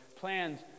Plans